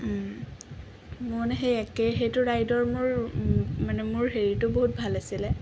মোৰ মানে একেই সেইটো ৰাইডৰ মোৰ মানে মোৰ হেৰিটো বহুত ভাল আছিলে